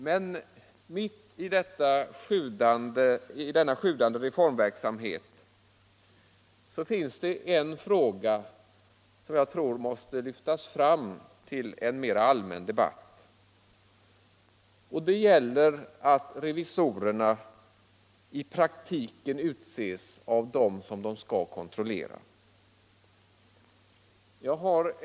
Men mitt i denna sjudande reformverksamhet finns det en fråga som jag tror måste lyftas fram till en mer allmän debatt. Och den gäller att revisorerna i praktiken utses av dem som de skall kontrollera.